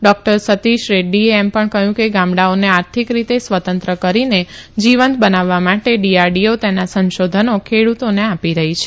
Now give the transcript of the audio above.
doctor Satish રેડૃએ એમ ણ કહયું કે ગામડાઓને આર્થીક રીતે સ્વતંત્ર કરીને જીવંત બનાવવા માટે ડીઆરડીઓ તેના સંશોધનો ખેડતોને આપી રહી છે